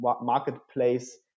marketplace